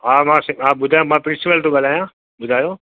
हा मां सि हा ॿुधायो मां प्रिंसिपल थो ॻाल्हायां ॿुधायो